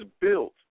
built